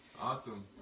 Awesome